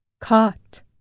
Caught